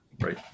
right